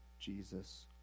Jesus